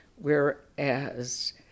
whereas